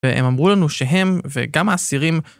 והם אמרו לנו שהם, וגם האסירים,